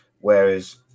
whereas